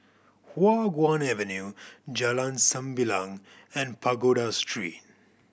Hua Guan Avenue Jalan Sembilang and Pagoda Street